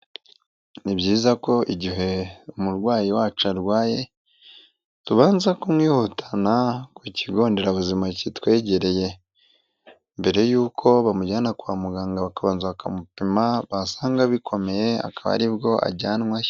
Ni byiza ko igihe umurwayi wacu arwaye, tubanza kumwihutana ku kigo nderabuzima kitwegereye. Mbere y'uko bamujyana kwa muganga bakabanza bakamupima, basanga bikomeye akaba aribwo ajyanwayo.